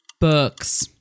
Books